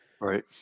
right